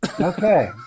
okay